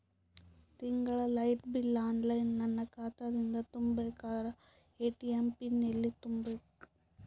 ತಿಂಗಳ light bill online ನನ್ನ ಖಾತಾ ದಿಂದ ತುಂಬಾ ಬೇಕಾದರ ಎ.ಟಿ.ಎಂ ಪಿನ್ ಎಲ್ಲಿ ತುಂಬೇಕ?